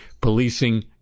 Policing